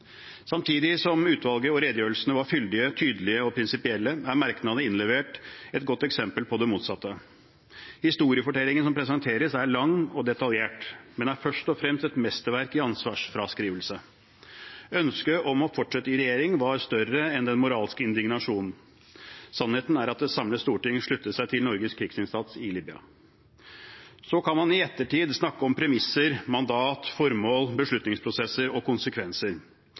Samtidig som utvalget og redegjørelsene var fyldige, tydelige og prinsipielle, er merknadene som er innlevert, et godt eksempel på det motsatte. Historiefortellingen som presenteres, er lang og detaljert, men er først og fremst et mesterverk i ansvarsfraskrivelse. Ønsket om å fortsette i regjering var større enn den moralske indignasjonen. Sannheten er at et samlet storting sluttet seg til Norges krigsinnsats i Libya. Så kan man i ettertid snakke om premisser, mandat, formål, beslutningsprosesser og konsekvenser.